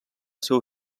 seu